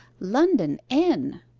london, n!